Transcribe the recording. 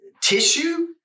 tissue